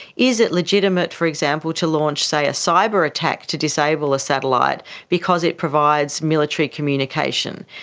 is it legitimate, for example, to launch, say, a cyber attack to disable a satellite because it provides military communication?